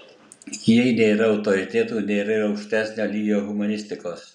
jei nėra autoritetų nėra ir aukštesnio lygio humanistikos